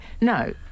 No